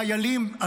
חיילים,